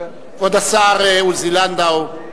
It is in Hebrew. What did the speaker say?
כבוד השר עוזי לנדאו,